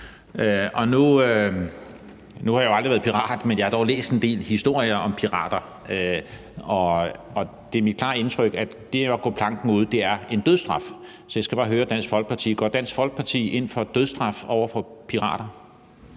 Nu har jeg aldrig været pirat, men jeg har dog læst en del historier om pirater, og det er mit klare indtryk, at det at gå planken ud er en dødsstraf. Så jeg skal bare høre, om Dansk Folkeparti går ind for dødsstraf til pirater.